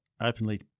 openly